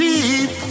Deep